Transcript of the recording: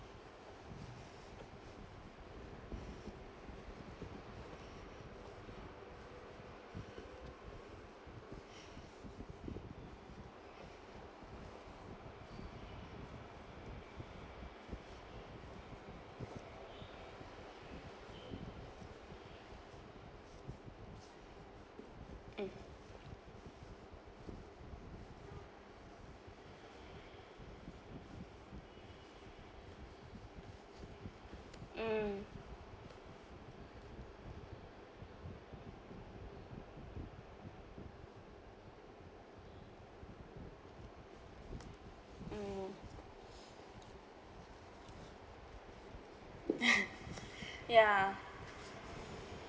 mm mm mm ya